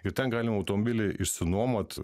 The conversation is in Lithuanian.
ir ten galima automobilį išsinuomot